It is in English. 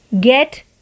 get